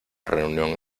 reunión